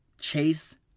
Chase